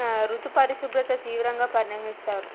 ఋతుపరిశుభ్రత తీవ్రంగా పరిగణిస్తారు